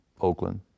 Oakland